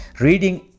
Reading